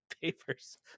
papers